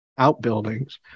outbuildings